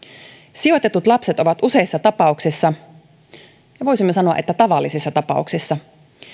sijoitetut lapset ovat useissa tapauksissa ja voisimme sanoa että tavallisissa tapauksissa